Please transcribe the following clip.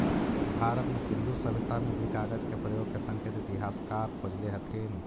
भारत में सिन्धु सभ्यता में भी कागज के प्रयोग के संकेत इतिहासकार खोजले हथिन